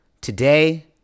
Today